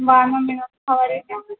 బాగానే ఉంది ma'am how are you